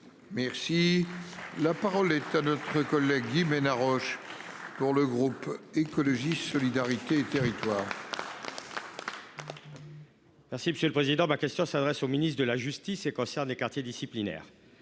Merci. La parole est à notre collègue Yémen Haroche pour le groupe écologiste solidarité et Thierry. Merci monsieur le président, ma question s'adresse au ministre de la justice et concerne quartier disciplinaire.